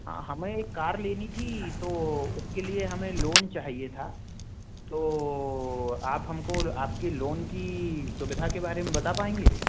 हाँ हमें एक कार लेनी थी तो उसके लिए हमें लोन चाहिए था तो आप हमको आपकी लोन की सुविधा के बारें में बता पाएँगे